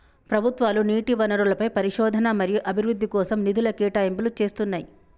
ప్రభుత్వాలు నీటి వనరులపై పరిశోధన మరియు అభివృద్ధి కోసం నిధుల కేటాయింపులు చేస్తున్నయ్యి